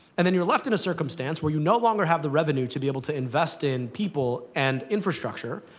and then you're left in a circumstance where you no longer have the revenue to be able to invest in people and infrastructure,